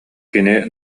кини